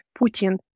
Putin